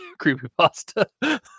creepypasta